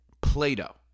Plato